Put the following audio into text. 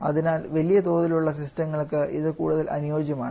അതിനാൽ വലിയ തോതിലുള്ള സിസ്റ്റങ്ങൾക്ക് ഇത് കൂടുതൽ അനുയോജ്യമാണ്